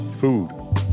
food